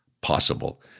possible